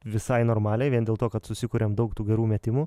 visai normaliai vien dėl to kad susikuriam daug tų gerų metimų